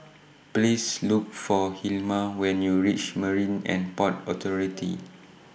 Please Look For Hilma when YOU REACH Marine and Port Authority